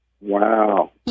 Wow